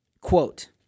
Quote